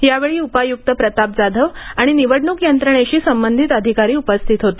यावेळी उपायुक्त प्रताप जाधव आणि निवडणूक यंत्रणेशी सबंधित अधिकारी उपस्थित होते